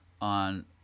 on